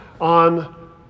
on